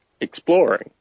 exploring